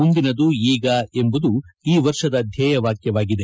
ಮುಂದಿನದು ಈಗ ಎಂಬುದು ಈ ವರ್ಷದ ಧ್ವೇಯವಾಕ್ಯವಾಗಿದೆ